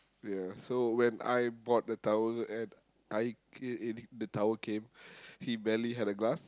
yeah so when I bought the tower and I c~ and the tower came he barely had a glass